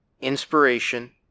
inspiration